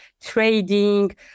trading